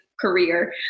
career